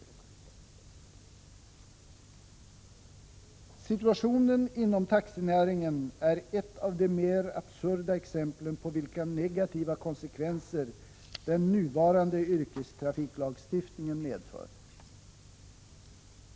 Situationen inom taxinäringen är ett av de mer absurda exemplen på vilka negativa konsekvenser den nuvarande yrkestrafiklagstiftningen medför.